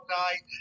night